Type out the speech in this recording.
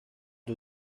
pas